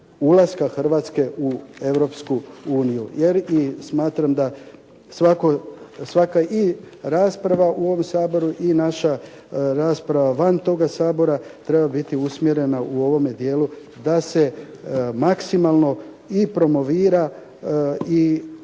Hrvatske u Europsku uniju. Jer i smatram da svaka i rasprava u ovom Saboru i naša rasprava van toga Sabora treba biti usmjerena u ovome dijelu da se maksimalno i promovira i ukaže na